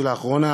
שלאחרונה